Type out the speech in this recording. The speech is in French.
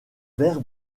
vert